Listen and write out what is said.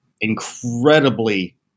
incredibly